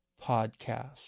podcast